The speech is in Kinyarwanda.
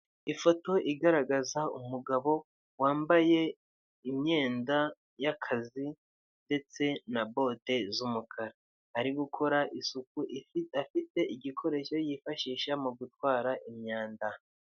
Ifoto igaragaza umugabo wambaye imyenda y'akazi ndetse na bote z'umukara, ari gukora isuku afite igikoresho yifashisha mu gutwara imyanda.